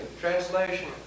Translation